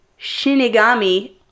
Shinigami